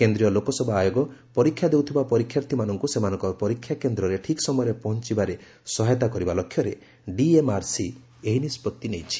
କେନ୍ଦ୍ରୀୟ ଲୋକସେବା ଆୟୋଗ ପରୀକ୍ଷା ଦେଉଥିବା ପରୀକ୍ଷାର୍ଥୀମାନଙ୍କୁ ସେମାନଙ୍କର ପରୀକ୍ଷା କେନ୍ଦ୍ରରେ ଠିକ୍ ସମୟରେ ପହଞ୍ଚବାରେ ସହାୟତା କରିବା ଲକ୍ଷ୍ୟରେ ଡିଏମ୍ଆର୍ସି ଏହି ନିଷ୍ପଭି ନେଇଛି